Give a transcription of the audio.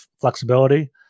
flexibility